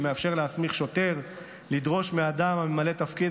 שמאפשר להסמיך שוטר לדרוש מאדם הממלא תפקיד